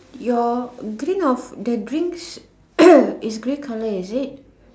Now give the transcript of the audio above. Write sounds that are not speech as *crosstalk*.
your green of the drinks *coughs* is grey colour is it